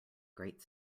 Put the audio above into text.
great